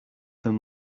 them